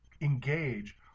engage